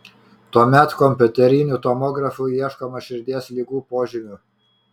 tuomet kompiuteriniu tomografu ieškoma širdies ligų požymių